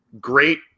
great